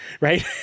right